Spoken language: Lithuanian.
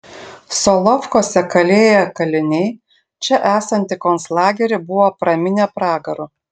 solovkuose kalėję kaliniai čia esantį konclagerį buvo praminę pragaru